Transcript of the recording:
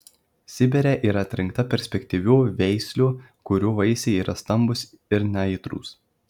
sibire yra atrinkta perspektyvių veislių kurių vaisiai yra stambūs ir neaitrūs